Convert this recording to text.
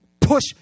push